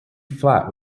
flat